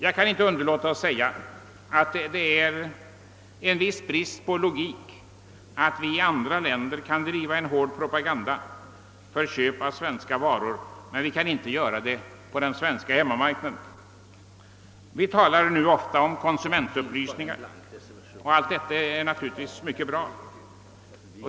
Jag kan inte underlåta att säga att det är en viss brist på logik i att vi i andra länder kan driva en hård propaganda för köp av svenska varor men inte kan göra det på den svenska hemmamarknaden. Vi talar nu ofta om konsumentupplysning. Ja, visst är allt sådant bra.